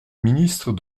ministre